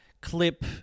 clip